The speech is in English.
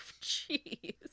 Jeez